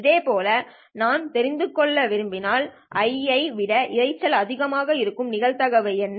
இதேபோல் நான் தெரிந்து கொள்ள விரும்பினால் Ith ஐ விட இரைச்சல் அதிகமாக இருக்கும் நிகழ்தகவு என்ன